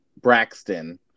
Braxton